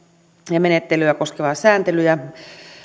ja menettelyä koskevaa sääntelyä